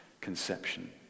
conception